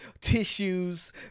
tissues